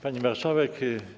Pani Marszałek!